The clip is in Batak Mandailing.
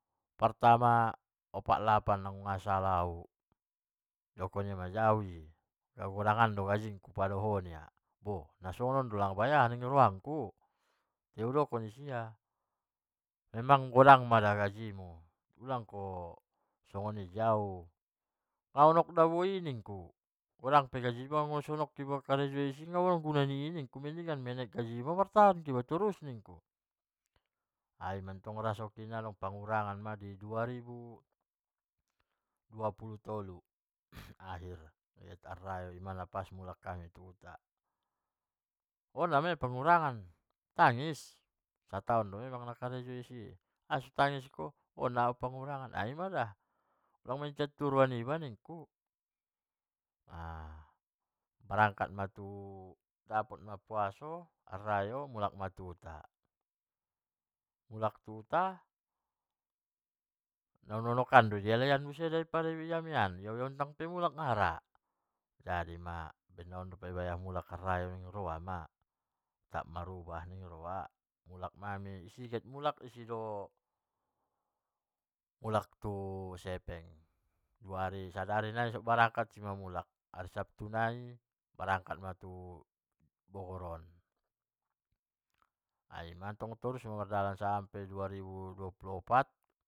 Partama opat lapan muda nasalah au, dokkon ia un godangan do gajikku sapala ho, bo nasongonon doma lai baya narohakku, baru udokkon tusia memang godang mada gaji mu tai ulang ko sonon tuau, mahonok daboi godang pe gaji niba nang gunan ni i genan ma menek gaji niba martahan iba torus nikku, ai tong adong rasokina adong pangurangan na dua ribu dua puluh tolu akhir ima pas nagiot mulak hamu tu huta, hona ma ia pangurangan tanngis, sataon ma ia memang nakarejo i, ai imada ulang nagincatu roa niba ningku berangkat ma arrayo dapot ma puaso mulak ma tuhuta, mulak tu huta naohonakan ma mule di halaian dari pada di ami an sampe mulak nara, jadi ma ondope mulak arrayo niba ma, tap ra marubah, idia giot mulak isido giot mulak tu sepeng, sadari nai so mulak ima berangkat hari sabtu nai, klangsung ma berangkat tu bogor on, ai inmatong mardalan sampe dua ribu dua opat.